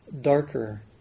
darker